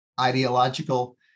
ideological